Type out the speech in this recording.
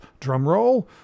drumroll